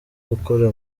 gukora